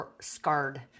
scarred